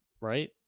right